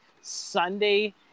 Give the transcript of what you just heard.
Sunday